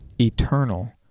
Eternal